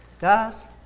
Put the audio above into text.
Guys